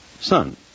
son